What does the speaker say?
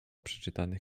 przeczytanych